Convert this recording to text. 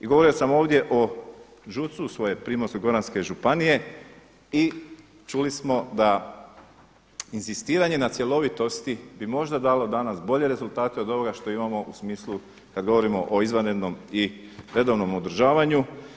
I govorio sam ovdje o ŽUC-u, svoje Primorsko-goranske županije i čuli smo da inzistiranje na cjelovitosti bi možda dalo danas bolje rezultate od ovoga što imamo u smislu kada govorimo o izvanrednom i redovnom održavanju.